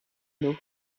l’eau